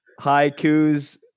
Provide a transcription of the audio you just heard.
haikus